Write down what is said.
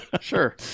Sure